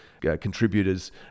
contributors